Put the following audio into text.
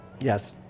Yes